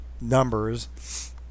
numbers